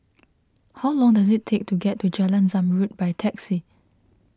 how long does it take to get to Jalan Zamrud by taxi